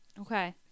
Okay